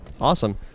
awesome